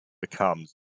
becomes